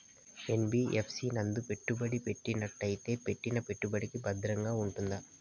NBFC నందు పెట్టుబడి పెట్టినట్టయితే పెట్టిన పెట్టుబడికి భద్రంగా ఉంటుందా?